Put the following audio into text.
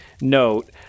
note